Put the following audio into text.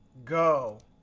go.